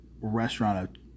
restaurant